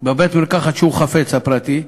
בבית-מרקחת שהוא חפץ, הפרטי,